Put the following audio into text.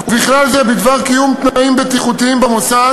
ובכלל זה בדבר קיום תנאים בטיחותיים במוסד,